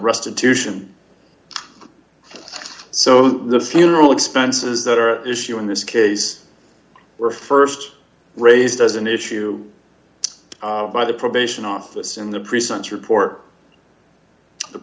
restitution so the funeral expenses that are at issue in this case were st raised as an issue by the probation office in the present report the